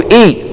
eat